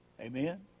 amen